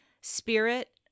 spirit